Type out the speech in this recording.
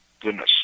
goodness